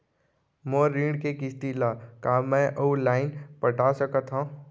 मोर ऋण के किसती ला का मैं अऊ लाइन पटा सकत हव?